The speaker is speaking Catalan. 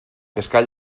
pescar